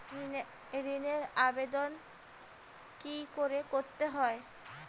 ঋণের আবেদন কি করে করতে হয়?